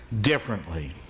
differently